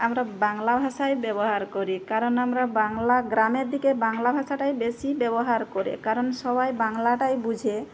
আমরা বাংলা ভাষাই ব্যবহার করি কারণ আমরা বাংলা গ্রামের দিকে বাংলা ভাষাটাই বেশি ব্যবহার করে কারণ সবাই বাংলাটাই বোঝে